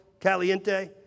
caliente